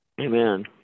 Amen